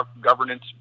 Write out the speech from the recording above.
governance